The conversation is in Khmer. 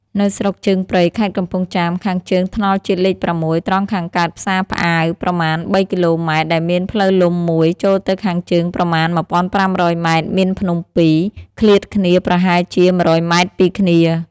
នៅស្រុកជើងព្រៃ ខេត្តកំពង់ចាម ខាងជើងថ្នល់ជាតិលេខ ៦ ត្រង់ខាងកើតផ្សារផ្អាវ ប្រមាណ ៣ គ.ម. ដែលមានផ្លូវលំ ១ ចូលទៅខាងជើង ប្រមាណ ១៥០០ ម. មានភ្នំពីរ ឃ្លាតគ្នាប្រហែលជា ១០០ ម. ពីគ្នា ។